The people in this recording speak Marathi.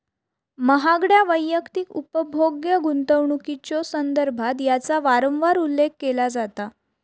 महागड्या वैयक्तिक उपभोग्य गुंतवणुकीच्यो संदर्भात याचा वारंवार उल्लेख केला जाता